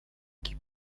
qui